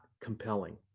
compelling